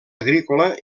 agrícola